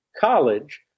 college